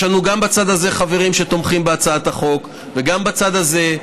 יש לנו גם בצד הזה חברים שתומכים בהצעת החוק וגם בצד הזה,